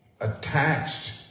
attached